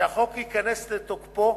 שהחוק ייכנס לתוקפו